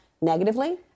negatively